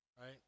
right